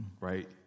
right